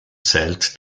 zählt